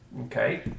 Okay